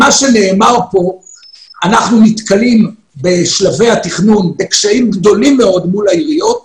אנחנו נתקלים בשלבי התכנון בקשיים גדולים מאוד מול העיריות,